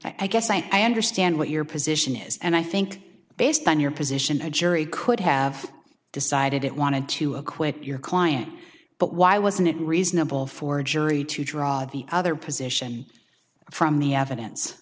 i guess i understand what your position is and i think based on your position a jury could have decided it wanted to acquit your client but why wasn't it reasonable for a jury to draw the other position from the evidence